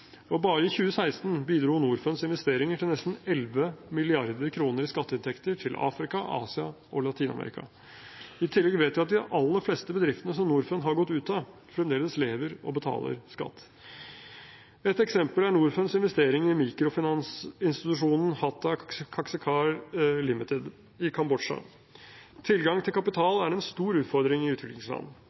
Og bare i 2016 bidro Norfunds investeringer til nesten 11 mrd. kr i skatteinntekter til Afrika, Asia og Latin-Amerika. I tillegg vet vi at de aller fleste bedriftene som Norfund har gått ut av, fremdeles lever og betaler skatt. Et eksempel er Norfunds investering i mikrofinansinstitusjonen Hattha Kaksekar Ltd. i Kambodsja. Tilgang til kapital er en stor utfordring i utviklingsland.